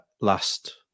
last